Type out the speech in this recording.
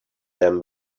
them